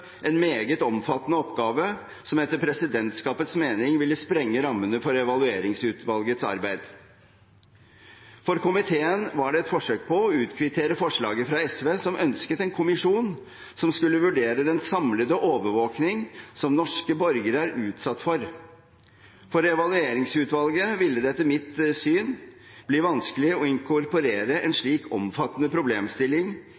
en meget omfattende oppgave, som etter presidentskapets mening ville sprenge rammene for Evalueringsutvalgets arbeid. For komiteen var det et forsøk på å utkvittere forslaget fra SV, som ønsket en kommisjon som skulle vurdere den samlede overvåkningen som norske borgere er utsatt for. For Evalueringsutvalget ville det etter mitt syn bli vanskelig å inkorporere en